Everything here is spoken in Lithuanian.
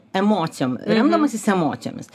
emocijom remdamasis emocijomis